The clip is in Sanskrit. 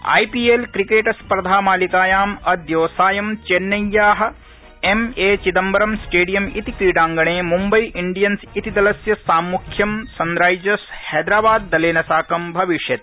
आईपीएल क्रिकेट स्पर्धा मालिकायाम् अद्य सायं चेन्नव्या एम ए चिदम्बरम स्टेडियम त्ति क्रीडाङ्गणे मुम्बई डियंस दलस्य साम्मुख्यं सनराजिर्स हैदराबाद दलेन साकं भविष्यति